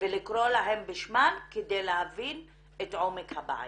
ולקרוא להן בשמן כדי להבין את עומק הבעיה.